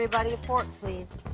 a fork, please.